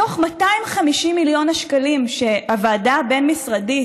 מתוך 250 מיליון השקלים שהוועדה הבין-משרדית,